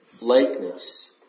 likeness